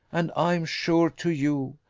and i am sure to you,